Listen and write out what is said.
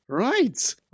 right